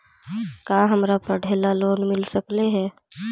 का हमरा पढ़े ल लोन मिल सकले हे?